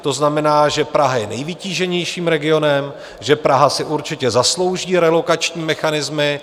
To znamená, že Praha je nejvytíženějším regionem, že Praha si určitě zaslouží relokační mechanismy.